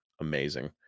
amazing